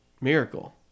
miracle